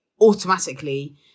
automatically